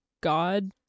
god